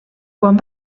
quan